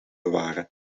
bewaren